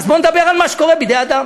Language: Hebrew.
אז בואו נדבר על מה שקורה בידי אדם.